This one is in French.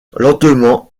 lentement